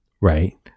Right